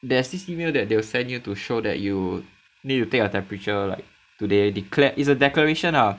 there's this email that they'll send you to show that you need to take your temperature like today declare it's a declaration lah